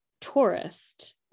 tourist